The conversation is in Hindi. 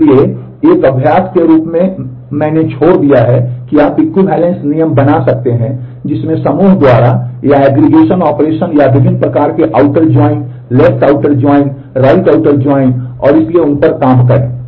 इसलिए एक अभ्यास और इसलिए उन पर काम करें